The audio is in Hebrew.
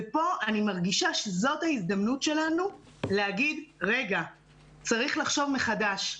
פה אני מרגישה שזאת ההזדמנות שלנו להגיד: צריך לחשוב מחדש.